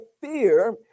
fear